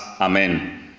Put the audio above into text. Amen